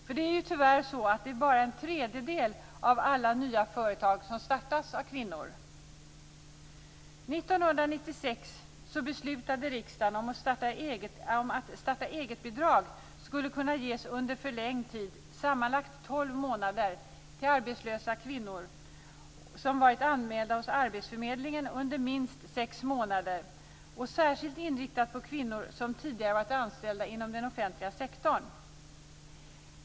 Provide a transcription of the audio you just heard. Tyvärr är det ju så att det bara är en tredjedel av alla nya företag som startas av kvinnor. År 1996 beslutade riksdagen om att starta-egetbidrag skulle kunna ges under förlängd tid, sammanlagt tolv månader, till arbetslösa kvinnor som varit anmälda hos Arbetsförmedlingen under minst sex månader och särskilt inriktas på kvinnor som tidigare varit anställda inom den offentliga sektorn.